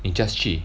你 just 去